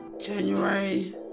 January